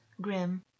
grim